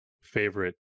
favorite